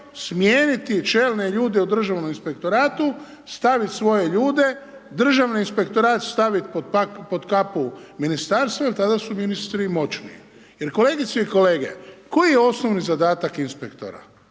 smijeniti čelne ljude Državnom inspektoratu, staviti svoje ljude, Državni inspektorat staviti pod kapu ministarstva jer tada su ministri moćniji jer kolegice i kolege, koji je osnovni zadatak inspektora?